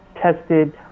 tested